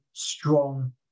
strong